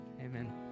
Amen